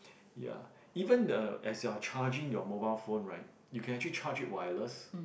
ya even the as you are charging your mobile phone right you can actually charge it wireless